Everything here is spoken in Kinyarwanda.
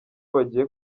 bagiye